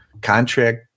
contract